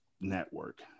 network